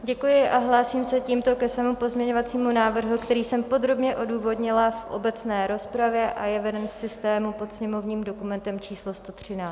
Děkuji a hlásím se tímto ke svému pozměňovacímu návrhu, který jsem podrobně odůvodnila v obecné rozpravě, a je veden v systému pod sněmovním dokumentem číslo 113.